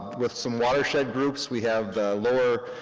with some watershed groups, we have lower,